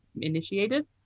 initiated